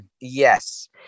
Yes